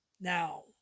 now